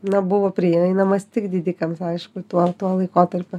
na buvo prieinamas tik didikams aišku tuo tuo laikotarpiu